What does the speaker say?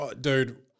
dude